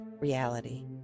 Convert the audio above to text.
reality